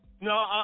no